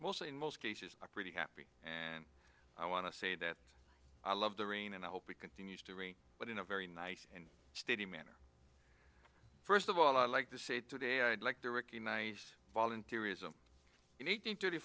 mostly in most cases are pretty happy and i want to say that i love the rain and i hope it continues to rain but in a very nice and steady manner first of all i like to say today i'd like to recognize volunteerism i